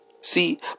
See